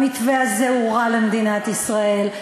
המתווה הזה הוא רע למדינת ישראל.